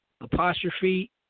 apostrophe